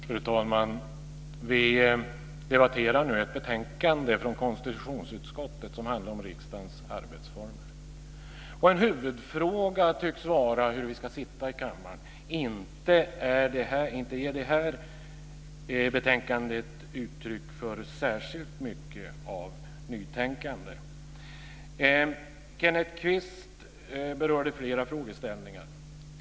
Fru talman! Vi debatterar nu ett betänkande från konstitutionsutskottet som handlar om riksdagens arbetsformer. En huvudfråga tycks vara hur vi ska sitta i kammaren. Inte ger det här betänkandet uttryck för särskilt mycket nytänkande. Kenneth Kvist berörde flera frågeställningar.